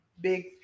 big